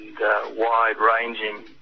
wide-ranging